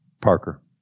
Parker